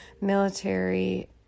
military